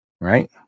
Right